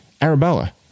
Arabella